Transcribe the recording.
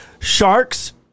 Sharks